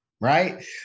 right